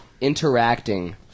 interacting